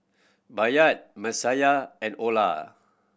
Bayard Messiah and Olar